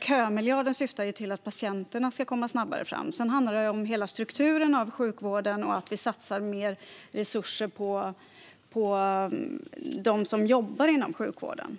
Kömiljarden syftar ju till att patienterna ska komma fram snabbare. Det vi talar om handlar om hela sjukvårdens struktur och om att vi måste satsa mer resurser på dem som jobbar inom sjukvården.